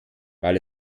weil